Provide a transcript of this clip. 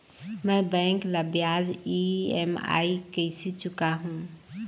मैं बैंक ला ब्याज ई.एम.आई कइसे चुकाहू?